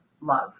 love